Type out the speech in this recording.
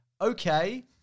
okay